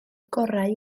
gorau